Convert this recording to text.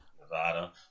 Nevada